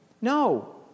No